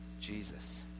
Jesus